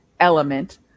element